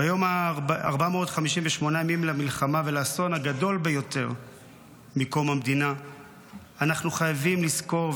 ביום ה-458 למלחמה ולאסון הגדול ביותר מקום המדינה אנחנו חייבים לזכור,